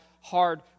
hard